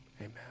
amen